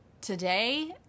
today